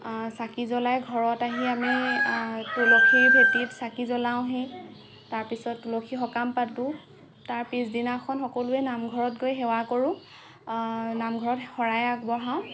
চাকি জ্বলাই ঘৰত আহি আমি তুলসীৰ ভেটিত চাকি জ্বলাওঁহি তাৰ পিছত তুলসী সকাম পাতো তাৰ পিছদিনাখন সকলোৱে নামঘৰত গৈ সেৱা কৰোঁ নামঘৰত শৰাই আগবঢ়াওঁ